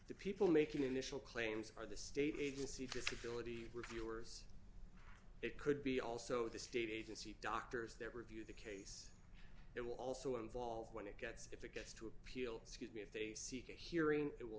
the people making initial claims are the state agency disability reviewers it could be also the state agency doctors that review it will also involved when it gets if it gets to appeal to get me if they seek a hearing it will